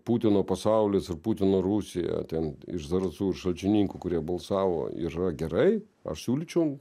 putino pasaulis ir putino rusija ten iš zarasų ir šalčininkų kurie balsavo yra gerai aš siūlyčiau